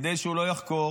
כדי שהוא לא יחקור,